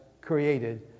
created